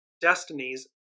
destinies